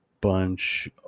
bunch